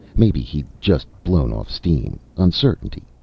maybe he'd just blown off steam uncertainty,